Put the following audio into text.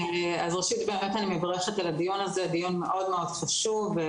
ראשית, אני מברכת על הדיון המאוד מאוד חשוב הזה.